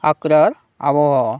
আগ্রার আবহাওয়া